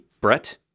Brett